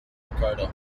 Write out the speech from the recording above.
ricardo